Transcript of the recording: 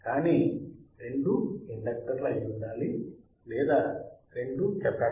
కానీ రెండూ ఇండక్టర్లు అయి ఉండాలి లేదా రెండూ కెపాసిటర్లయి అయినా ఉండాలి